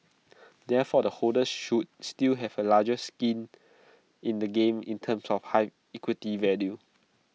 therefore the holders should still have A larger skin in the game in terms of high equity value